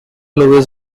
lewis